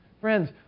Friends